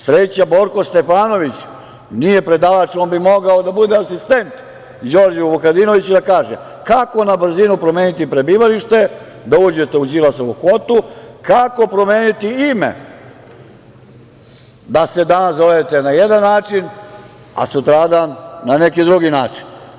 Sreća Borko Stefanović nije predavač, on bi mogao da bude asistent Đorđu Vukadinoviću i da kaže - kako na brzinu promeniti prebivalište da uđete u Đilasovu kvotu, kako promeniti ime da se danas zovete na jedan način, a sutradan na neki drugi način?